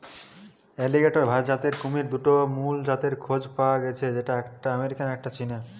alligator জাতের কুমিরের দুটা মুল জাতের খোঁজ পায়া গ্যাছে যেটার একটা আমেরিকান আর একটা চীনা